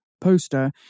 poster